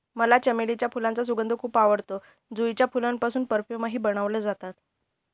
मला चमेलीच्या फुलांचा सुगंध खूप आवडतो, जुईच्या फुलांपासून परफ्यूमही बनवले जातात